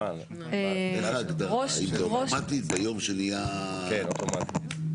ביום שנהיה אוטומטי,